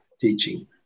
teaching